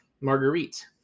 Marguerite